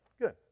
Good